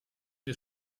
des